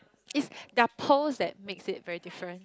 it's their pearls that makes it very different